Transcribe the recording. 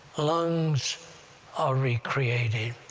lungs are re-created,